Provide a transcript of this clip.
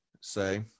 say